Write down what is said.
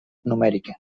numèrica